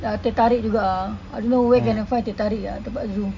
uh teh tarik juga ah I don't know where to find teh tarik ah tempat zoo